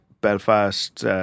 Belfast